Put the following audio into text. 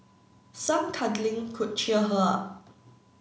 some cuddling could cheer her up